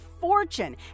fortune